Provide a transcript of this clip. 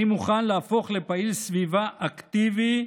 אני מוכן להפוך לפעיל סביבה אקטיבי,